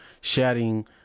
sharing